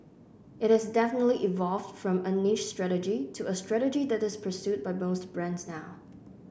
it has definitely evolved from a niche strategy to a strategy that is pursued by most brands now